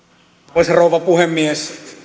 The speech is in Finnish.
arvoisa rouva puhemies